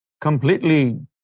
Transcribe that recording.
completely